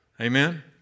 Amen